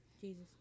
Jesus